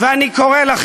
ואירוני מכול,